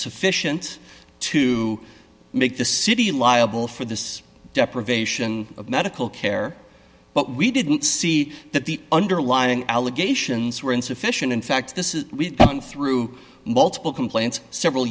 sufficient to make the city liable for this deprivation of medical care but we didn't see that the underlying allegations were insufficient in fact this is through multiple complaints several